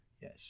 Yes